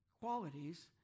qualities